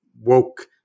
woke